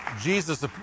Jesus